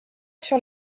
sur